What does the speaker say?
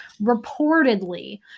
reportedly